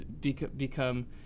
become